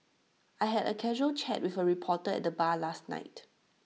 I had A casual chat with A reporter at the bar last night